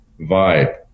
vibe